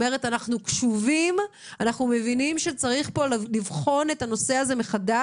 קודם כל, לגבי הנושא של אכיפה פלילית.